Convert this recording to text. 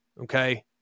Okay